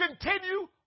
continue